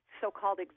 so-called